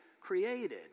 created